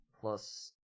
plus